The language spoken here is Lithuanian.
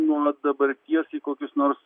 nuolat dabarties į kokius nors